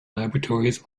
laboratories